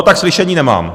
Tak slyšení nemám.